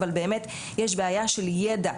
אבל באמת יש בעיה של ידע,